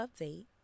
update